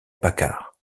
paccard